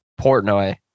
Portnoy